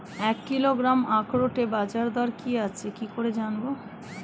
এক কিলোগ্রাম আখরোটের বাজারদর কি আছে কি করে জানবো?